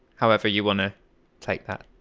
however you want to take that